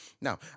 Now